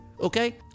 Okay